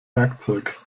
werkzeug